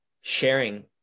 sharing